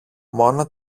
μόνο